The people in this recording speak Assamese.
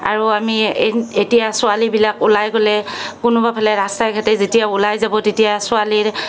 আৰু আমি এতিয়া ছোৱালীবিলাক ওলাই গ'লে কোনোবাফালে ৰাস্তাই ঘাটে যেতিয়া ওলাই যাব তেতিয়া ছোৱালীৰ